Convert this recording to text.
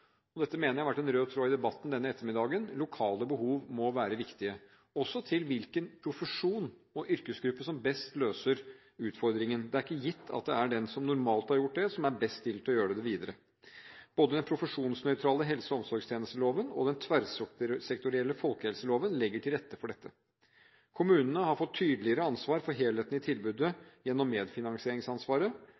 behov. Dette mener jeg har vært en rød tråd i debatten denne ettermiddagen – lokale behov må være viktige, og også hvilken profesjon og yrkesgruppe som best løser utfordringen. Det er ikke gitt at det er den som normalt har gjort det, som er best stilt til å gjøre det videre. Både den profesjonsnøytrale helse- og omsorgstjenesteloven og den tverrsektorielle folkehelseloven legger til rette for dette. Kommunene har fått tydeligere ansvar for helheten i tilbudet gjennom medfinansieringsansvaret.